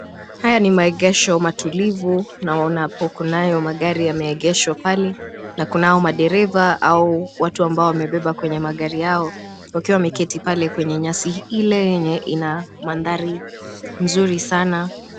Haya ni maegesho matulivu naona hapo kunayo magari yameegeshwa pale na kunao madereva au watu ambao wamebeba kwenye magari yao wakiwa miketi pale kwenye nyasi ile yenye ina mandhari nzuri sana.